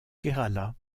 kerala